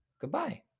Goodbye